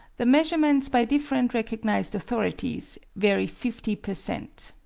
the measurements by different recognized authorities vary fifty per cent.